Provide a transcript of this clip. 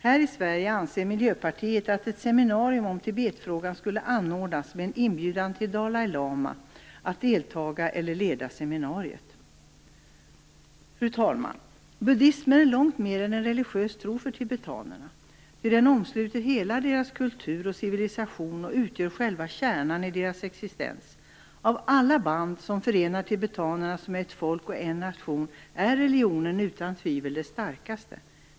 Här i Sverige anser Miljöpartiet att ett seminarium om Tibetfrågan skulle anordnas med en inbjudan till Dalai Lama att delta i eller leda seminariet. Fru talman! Buddismen är långt mer än en religiös tro för tibetanerna. Den omsluter hela deras kultur och civilisation och utgör själva kärnan i deras existens. Av alla band som förenar tibetanerna som ett folk och en nation är religionen utan tvivel det starkaste.